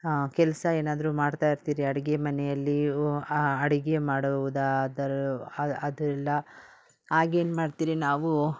ಹಾಂ ಕೆಲಸ ಏನಾದರು ಮಾಡ್ತಾಯಿರ್ತೀರಿ ಅಡುಗೆ ಮನೆಯಲ್ಲಿ ಆ ಅಡುಗೆ ಮಾಡುವುದಾದರು ಅದೆಲ್ಲ ಆಗೇನು ಮಾಡ್ತೀರಿ ನಾವು